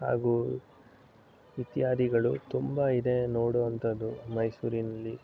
ಹಾಗೂ ಇತ್ಯಾದಿಗಳು ತುಂಬ ಇದೆ ನೋಡೊ ಅಂಥದ್ದು ಮೈಸೂರಿನಲ್ಲಿ